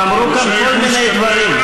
אמרו כאן כל מיני דברים.